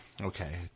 Okay